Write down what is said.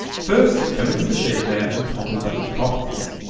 first, come into the shape layer and toggle down the properties.